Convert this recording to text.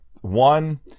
one